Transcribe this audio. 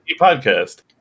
Podcast